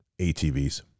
ATVs